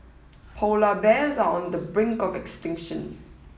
polar bears are on the brink of extinction